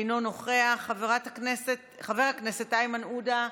אינו נוכח, חבר הכנסת איימן עודה,